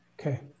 Okay